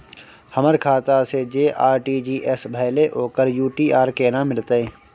हमर खाता से जे आर.टी.जी एस भेलै ओकर यू.टी.आर केना मिलतै?